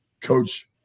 coach